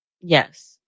Yes